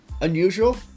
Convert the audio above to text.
Unusual